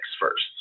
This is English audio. first